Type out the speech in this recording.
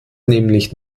nämlich